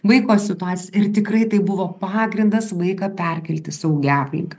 vaiko situaciją ir tikrai tai buvo pagrindas vaiką perkelt į saugią aplinką